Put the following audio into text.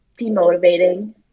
demotivating